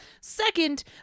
Second